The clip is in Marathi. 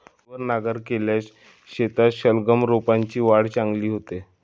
खोलवर नांगरलेल्या शेतात सलगम रोपांची वाढ चांगली होते